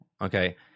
okay